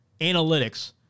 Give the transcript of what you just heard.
analytics